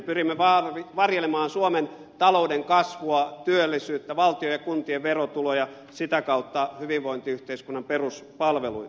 pyrimme varjelemaan suomen talouden kasvua työllisyyttä valtion ja kuntien verotuloja sitä kautta hyvinvointiyhteiskunnan peruspalveluita